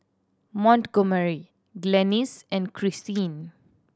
Montgomery Glennis and Krystin